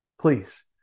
Please